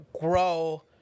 grow